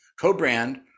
co-brand